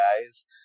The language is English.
guys